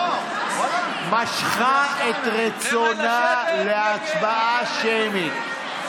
משכה את רצונה להצבעה שמית.